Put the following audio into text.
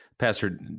Pastor